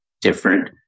different